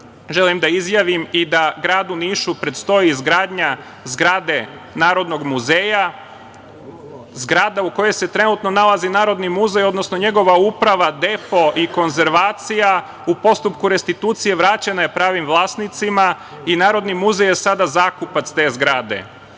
želim da izjavim i da gradu Nišu predstoji izgradnja zgrade Narodnog muzeja. Zgrada u kojoj se trenutno nalazi Narodni muzej, odnosno njegova uprava, depo i konzervacija u postupku restitucije vraćena je pravim vlasnicima. Narodni muzej je sada zakupac te zgrade.